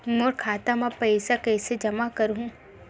मोर खाता म पईसा कइसे जमा करहु?